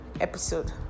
episode